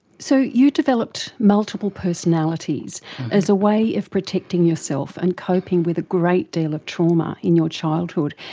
so you developed multiple personalities as a way of protecting yourself and coping with a great deal of trauma in your childhood.